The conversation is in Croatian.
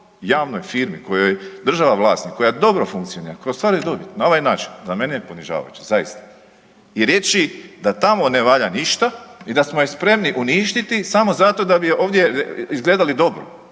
javnoj firmi kojoj je država vlasnik, koja dobro funkcionira, koja ostvaruje dobit na ovaj način za mene je ponižavajuće zaista. I reći da tamo ne valja ništa i da smo je spremni uništiti samo zato da bi je ovdje izgledali dobro.